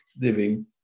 living